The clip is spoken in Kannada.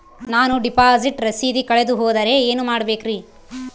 ನಾನು ಡಿಪಾಸಿಟ್ ರಸೇದಿ ಕಳೆದುಹೋದರೆ ಏನು ಮಾಡಬೇಕ್ರಿ?